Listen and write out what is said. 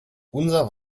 unser